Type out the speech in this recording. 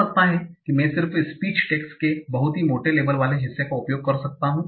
हो सकता है कि मैं सिर्फ स्पीच टैगस के बहुत ही मोटे लेबल वाले हिस्से का उपयोग कर सकता हूं